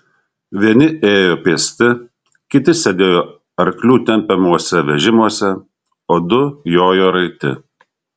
vieni ėjo pėsti kiti sėdėjo arklių tempiamuose vežimuose o du jojo raiti